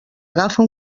agafa